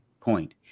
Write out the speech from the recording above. point